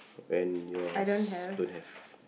and yours don't have